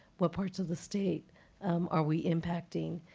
what parts of the state are we impacting,